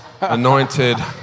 anointed